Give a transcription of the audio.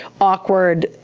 awkward